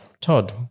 Todd